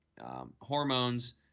hormones